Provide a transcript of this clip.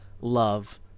love